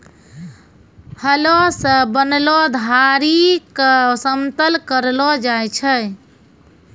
हलो सें बनलो धारी क समतल करलो जाय छै?